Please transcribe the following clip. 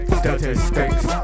statistics